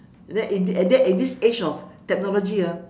then in at that at this age of technology ah